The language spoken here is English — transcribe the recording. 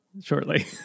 shortly